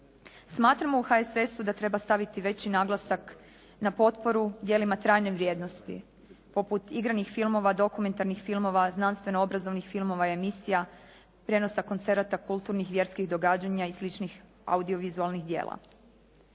Smatramo u HSS-u da treba staviti veći naglasak na potporu djelima trajne vrijednosti poput igranih filmova, dokumentarnih filmova, znanstveno obrazovnih filmova i emisija, prijenosa koncerata, kulturnih, vjerskih događanja i sličnih audio-vizualnih djela.